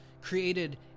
created